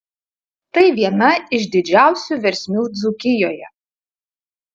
tai viena iš didžiausių versmių dzūkijoje